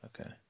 Okay